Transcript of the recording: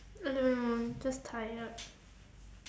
I don't know just tired